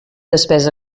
despesa